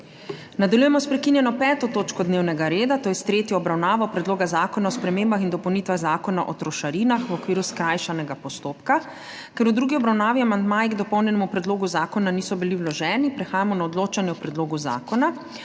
Nadaljujemo s prekinjeno 5. točko dnevnega reda, to je s tretjo obravnavo Predloga zakona o spremembah in dopolnitvah Zakona o trošarinah v okviru skrajšanega postopka. Ker v drugi obravnavi amandmaji k dopolnjenemu predlogu zakona niso bili vloženi, prehajamo na odločanje o predlogu zakona.